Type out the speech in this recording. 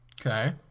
Okay